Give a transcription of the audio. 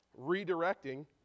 Redirecting